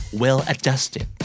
well-adjusted